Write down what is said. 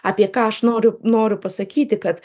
apie ką aš noriu noriu pasakyti kad